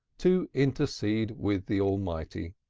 to intercede with the almighty.